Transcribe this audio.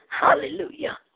Hallelujah